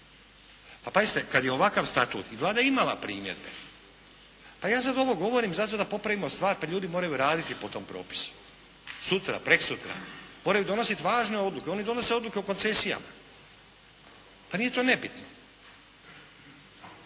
Pazite kada je ovakav statut i Vlada imala primjedbe, pa sada ovo govorim zato da popravimo stvar, pa ljudi moraju raditi po tom propisu, sutra, prekosutra. Moraju donositi važne odluke. Oni donose odluke o koncesijama. Pa nije to nebitno.